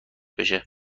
بشه